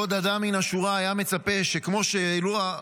בעוד שאדם מן השורה היה מצפה שכמו שהועלו